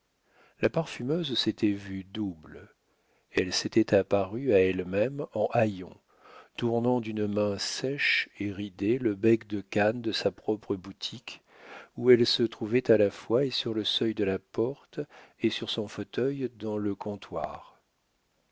la parfumeuse s'était vue double elle s'était apparu à elle-même en haillons tournant d'une main sèche et ridée le bec de canne de sa propre boutique où elle se trouvait à la fois et sur le seuil de la porte et sur son fauteuil dans le comptoir